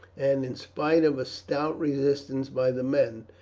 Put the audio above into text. and, in spite of a stout resistance by the men,